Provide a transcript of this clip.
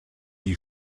die